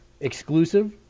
exclusive